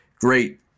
great